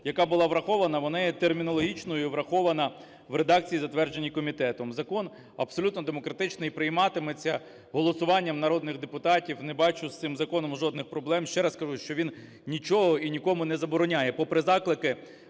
яка була врахована. Вона є термінологічною і врахована в редакції, затвердженій комітетом. Закон абсолютно демократичний і прийматиметься голосуванням народних депутатів. Не бачу з цим законом жодних проблем. Ще раз кажу, що він нічого і нікому не забороняє, попри заклики